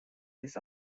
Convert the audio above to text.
this